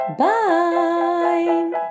bye